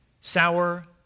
sour